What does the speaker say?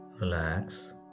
Relax